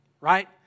right